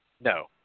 No